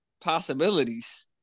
possibilities